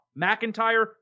McIntyre